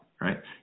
right